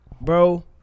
bro